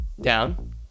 down